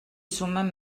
sumen